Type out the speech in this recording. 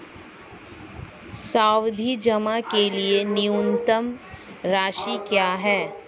सावधि जमा के लिए न्यूनतम राशि क्या है?